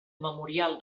memorial